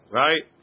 right